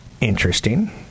Interesting